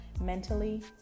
mentally